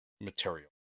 material